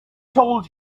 told